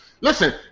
Listen